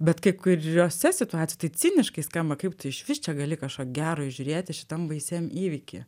bet kai kuriose situacijo tai ciniškai skamba kaip tu išvis čia gali kažką gero įžiūrėti šitam baisiam įvyky